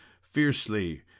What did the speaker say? fiercely